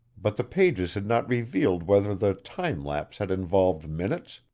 but the pages had not revealed whether the time-lapse had involved minutes,